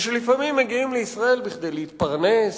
ושלפעמים מגיעים לישראל כדי להתפרנס,